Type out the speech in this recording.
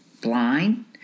blind